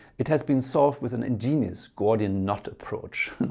it has been solved with an ingenious gordian knot approach.